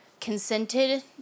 consented